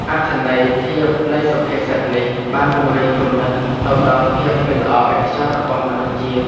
អត្ថន័យធៀបនៃសុភាសិតនេះបានពង្រីកគំនិតទៅដល់ភាពមិនល្អឥតខ្ចោះរបស់មនុស្សជាតិ។